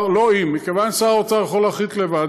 מכיוון ששר האוצר יכול להחליט לבד,